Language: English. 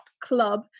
Club